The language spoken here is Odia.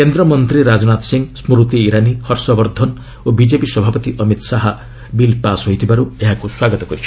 କେନ୍ଦ୍ରମନ୍ତ୍ରୀ ରାଜନାଥ ସିଂ ସ୍ମୁତି ଇରାନୀ ହର୍ଷବର୍ଦ୍ଧନ ଓ ବିଜେପି ସଭାପତି ଅମିତ୍ ଶାହା ବିଲ୍ ପାସ୍ ହୋଇଥିବାରୁ ଏହାକୁ ସ୍ୱାଗତ କରିଛନ୍ତି